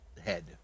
head